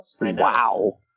Wow